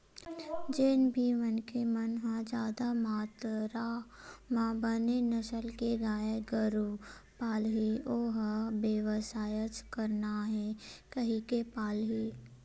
जेन भी मनखे मन ह जादा मातरा म बने नसल के गाय गरु पालही ओ ह बेवसायच करना हे कहिके पालही